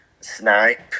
snipe